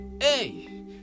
hey